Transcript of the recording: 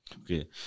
okay